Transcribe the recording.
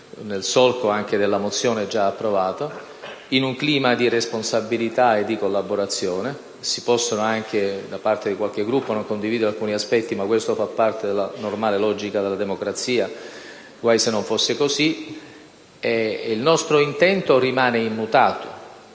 nel solco della mozione già approvata, in un clima di responsabilità e di collaborazione. Certamente, da parte di qualche Gruppo si possono anche non condividere alcuni aspetti, ma questo fa parte della normale logica della democrazia, guai se non fosse così. Il nostro intento rimane immutato.